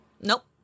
Nope